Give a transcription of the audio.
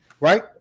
right